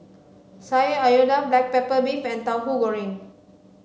sayur lodeh black pepper beef and tauhu goreng